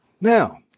Now